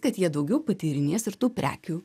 kad jie daugiau patyrinės ir tų prekių